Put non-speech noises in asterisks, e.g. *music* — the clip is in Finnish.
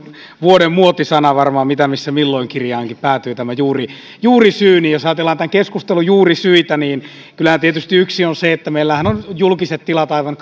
vuoden muotisana varmaan mitä missä milloin kirjaankin päätyy tämä juurisyy jos ajatellaan tämän keskustelun juurisyitä niin kyllähän tietysti yksi on se että meillähän ovat julkiset tilat aivan *unintelligible*